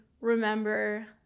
remember